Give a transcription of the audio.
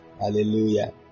Hallelujah